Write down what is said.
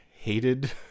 hated